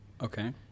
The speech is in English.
Okay